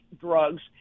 drugs